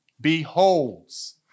Beholds